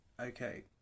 okay